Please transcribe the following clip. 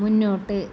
മുന്നോട്ട്